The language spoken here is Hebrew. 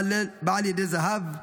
בעל ידי זהב,